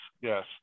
yes